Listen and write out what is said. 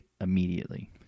immediately